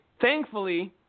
thankfully